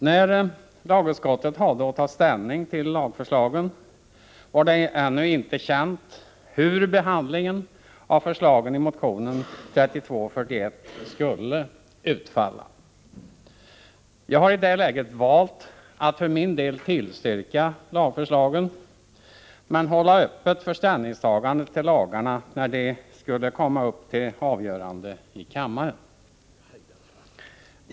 När lagutskottet hade att ta ställning till lagförslagen var det ännu inte känt hur behandlingen av förslagen i motionen 3241 skulle utfalla. Jag har i det läget valt att för min del tillstyrka lagförslagen, men hålla öppet för ställningstagandet till lagarna när de skulle komma upp till avgörande i kammaren.